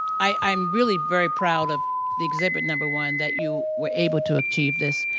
i'm really very proud of the exhibit, number one, that you were able to achieve this